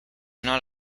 not